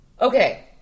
Okay